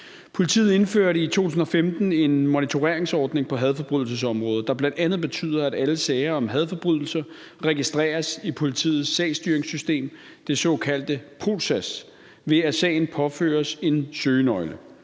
Politiet indførte i 2015 en monitoreringsordning på hadforbrydelsesområdet, der bl.a. betyder, at alle sager om hadforbrydelser registreres i politiets sagsstyringssystem, det såkaldte POLSAS, ved at sagen påføres en søgenøgle.